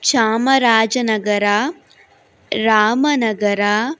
Chamarajanagar Ramanagara